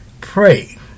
pray